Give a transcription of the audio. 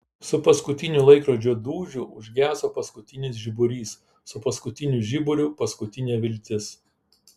su paskutiniu laikrodžio dūžiu užgeso paskutinis žiburys su paskutiniu žiburiu paskutinė viltis